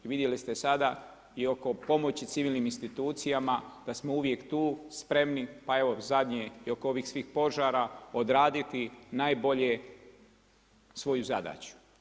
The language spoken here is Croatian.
Vidjeli ste sada i oko pomoći civilnim institucijama da smo uvije tu spremni, pa evo zadnje i oko ovih svih požara, odraditi najbolje svoju zadaću.